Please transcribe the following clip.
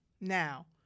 now